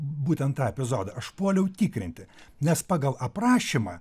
būtent tą epizodą aš puoliau tikrinti nes pagal aprašymą